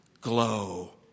glow